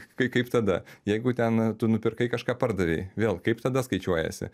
tai kaip tada jeigu ten tu nupirkai kažką pardavei vėl kaip tada skaičiuojasi